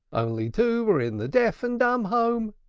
only two were in the deaf and dumb home.